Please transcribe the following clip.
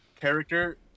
character